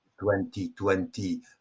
2020